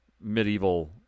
medieval